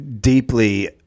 deeply